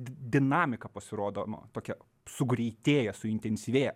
dinamika pasirodo nu kokia sugreitėja suintensyvėja